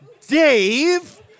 Dave